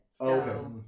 okay